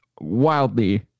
wildly